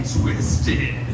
twisted